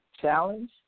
challenge